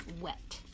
wet